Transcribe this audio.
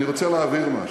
אני רוצה להבהיר משהו: